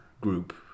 group